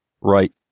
right